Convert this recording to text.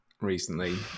recently